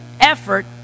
effort